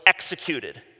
Executed